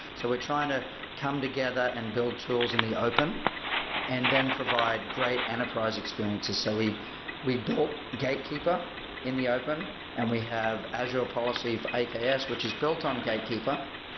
so we're trying to come together and build tools in the open and then provide great enterprise experiences. so we we built gatekeeper in the open and we have azure policy for aks, which is built on gatekeeper,